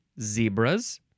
zebras